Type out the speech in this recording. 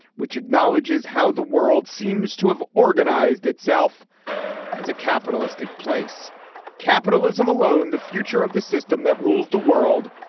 which acknowledges how the world seems to have organised itself as a capitalistic place capitalism alone, the future of this system that rules the world.